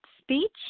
speech